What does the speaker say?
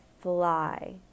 fly